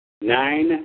nine